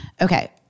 Okay